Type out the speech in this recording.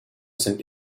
sind